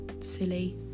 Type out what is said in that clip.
silly